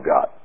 God